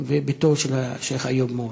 ובתו של השיח' איוב מוגרבי.